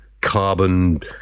carbon